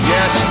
Yes